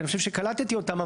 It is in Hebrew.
כי אני חושב שקלטתי אותם.